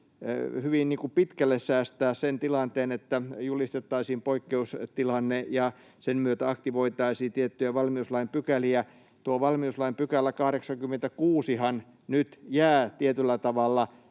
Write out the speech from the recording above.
hyvin pitkälle säästyä siltä tilanteelta, että julistettaisiin poikkeustilanne ja sen myötä aktivoitaisiin tiettyjä valmiuslain pykäliä. Tuo valmiuslain 86 §:hän nyt jää tietyllä tavalla